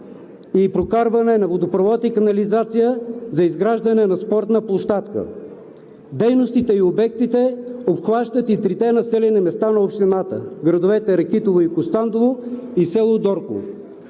и прокарване на водопровод и канализация за изграждане на спортна площадка. Дейностите и обектите обхващат и трите населени места на общината – градовете Ракитово, Костандово и село Дорково.